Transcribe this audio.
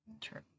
True